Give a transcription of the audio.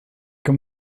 can